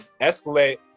Escalate